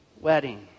wedding